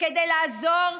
כדי לעזור,